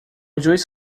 juiz